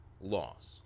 Lost